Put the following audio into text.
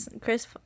chris